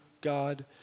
God